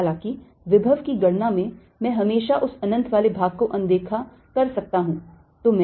हालांकि विभव की गणना में मैं हमेशा उस अनंत वाले भाग को अनदेखा कर सकता हूं